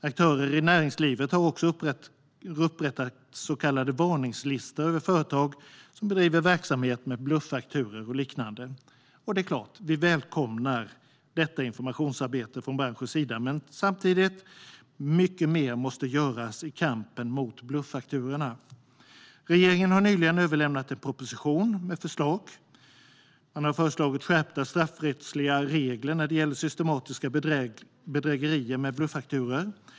Aktörer i näringslivet har också upprättat så kallade varningslistor över företag som bedriver verksamhet med blufffakturor eller liknande. Det är klart att vi välkomnar detta informationsarbete från branschens sida, men samtidigt anser vi att mycket mer måste göras i kampen mot bluffakturorna. Regeringen har nyligen överlämnat en proposition med förslag på skärpta straffrättsliga regler när det gäller systematiska bedrägerier med bluffakturor.